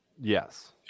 Yes